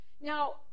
Now